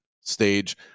stage